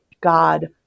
God